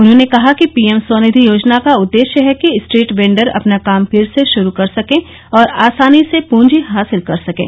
उन्होंने कहा कि पीएम स्वनिधि योजना का उद्देश्य है कि स्ट्रीट वेंडर अपना काम फिर शुरू कर सकें और आसानी से पूंजी हासिल कर सकें